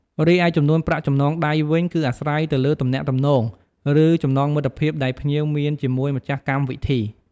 រីឯចំនួនប្រាក់ចំណងដៃវិញ គឺអាស្រ័យទៅលើទំនាក់ទំនង ឬ ចំណងមិត្តភាពដែលភ្ញៀវមានជាមួយម្ចាស់កម្មវិធី។